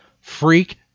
freak